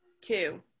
Two